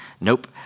Nope